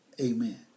Amen